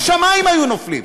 השמים היו נופלים.